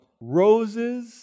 roses